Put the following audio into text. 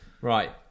Right